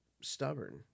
stubborn